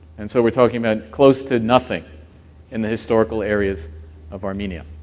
and so we're talking about close to nothing in the historical areas of armenia.